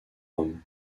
rome